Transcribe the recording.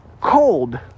Cold